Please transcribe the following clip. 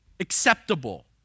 acceptable